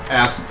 ask